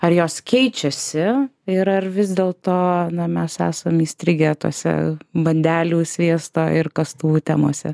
ar jos keičiasi ir ar vis dėlto na mes esam įstrigę tose bandelių sviesto ir kastuvų temose